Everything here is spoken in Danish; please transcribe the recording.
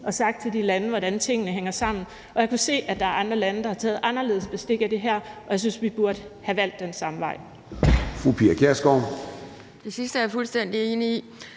og sagt til de lande, hvordan tingene hænger sammen. Jeg kan se, at der er andre lande, der har taget anderledes bestik af det her, og jeg synes, at vi burde have valgt den samme vej.